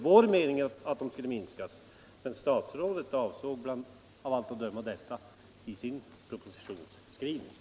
Vår uppfattning är att detta inte bör ske, men att döma av skrivningen i propositionen är detta statsrådets avsikt.